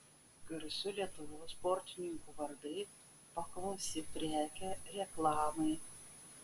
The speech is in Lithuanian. garsių lietuvos sportininkų vardai paklausi prekė reklamai